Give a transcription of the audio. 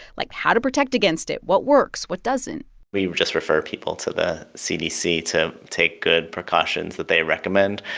like how to protect against it, what works, what doesn't we would just refer people to the cdc to take good precautions that they recommend.